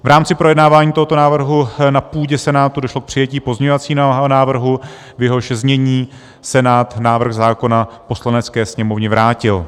V rámci projednávání tohoto návrhu na půdě Senátu došlo k přijetí pozměňovacího návrhu, v jehož znění Senát návrh zákona Poslanecké sněmovně vrátil.